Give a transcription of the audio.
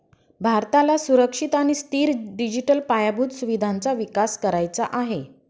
भारताला सुरक्षित आणि स्थिर डिजिटल पायाभूत सुविधांचा विकास करायचा आहे